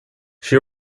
she